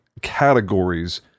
categories